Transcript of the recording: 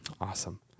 Awesome